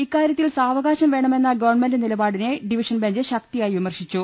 ഇക്കാര്യത്തിൽ സാവ കാശം വേണമെന്ന ഗവൺമെന്റ് നിലപാടിനെ ഡിവിഷൻ ബെഞ്ച് ശക്തിയായി വിമർശിച്ചു